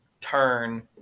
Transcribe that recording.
turn